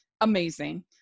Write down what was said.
amazing